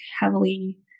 heavily